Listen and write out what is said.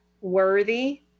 worthy